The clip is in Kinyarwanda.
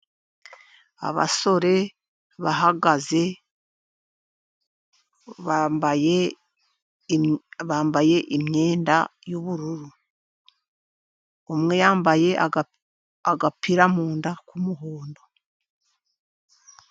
Abasore bahagaze, bambaye imyenda y'ubururu, umwe yambaye agapira munda k'umuhondo.